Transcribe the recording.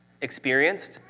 experienced